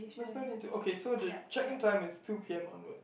that one need to okay so the check in time is two P_M onwards